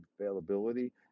availability